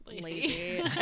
lazy